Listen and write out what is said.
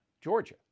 Georgia